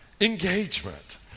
Engagement